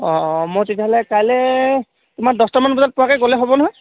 অঁ অঁ মই তেতিয়াহ'লে কাইলৈ তোমাৰ দছটামান বজাত পোৱাকৈ গ'লে হ'ব নহয়